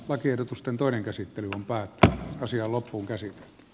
lakiehdotusten toinen käsittely päätti asiaa lopun käsin